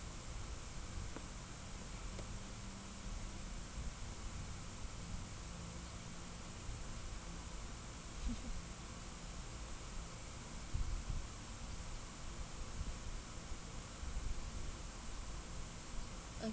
um